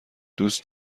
دوست